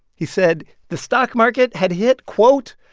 he said the stock market had hit, quote,